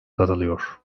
katılıyor